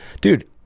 dude